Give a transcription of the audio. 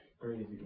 Crazy